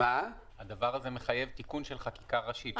הדבר הזה מחייב תיקון של חקיקה ראשית.